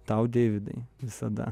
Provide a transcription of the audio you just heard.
tau deividai visada